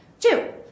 Two